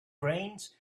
brains